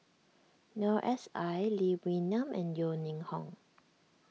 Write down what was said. Noor S I Lee Wee Nam and Yeo Ning Hong